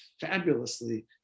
fabulously